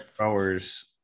hours